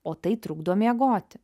o tai trukdo miegoti